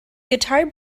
guitar